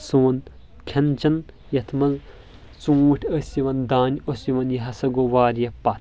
سون کھٮ۪ن چٮ۪ن یتھ منٛز ژوٗنٛٹھۍ ٲسۍ یِوان دانہِ اوس یِوان یہِ ہسا گوٚو واریاہ پتھ